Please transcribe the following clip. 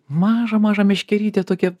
mažą mažą miškelytę tokią